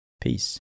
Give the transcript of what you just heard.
Peace